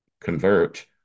convert